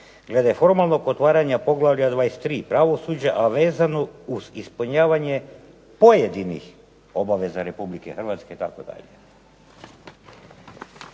glede formalnog otvaranja poglavlja 23. pravosuđa, a vezano uz ispunjavanje pojedinih obaveza Republike Hrvatske itd.